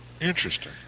Interesting